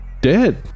dead